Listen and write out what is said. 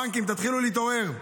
בנקים, תתחילו להתעורר.